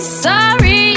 sorry